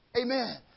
Amen